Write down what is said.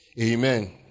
Amen